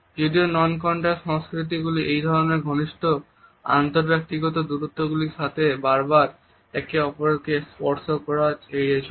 যদিও non contact সংস্কৃতিগুলি এরকমের ঘনিষ্ঠ আন্তঃব্যক্তিগত দূরত্বগুলির সাথে সাথে বারবার একে অপরকে স্পর্শ করাও এড়িয়ে চলে